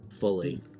fully